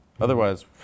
Otherwise